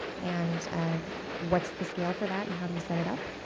and what's the scale for that and how do you set it up?